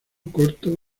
corto